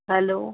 hello